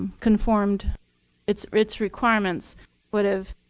conformed its its requirements sort of